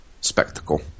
spectacle